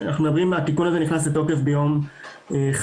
התיקון הזה נכנס לתוקף ביום חמישי,